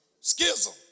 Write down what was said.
Schism